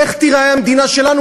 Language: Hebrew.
איך תיראה המדינה שלנו,